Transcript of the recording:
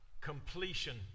completion